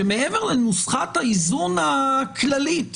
שמעבר לנוסחת האיזון הכללית